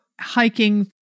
hiking